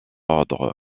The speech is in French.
ordre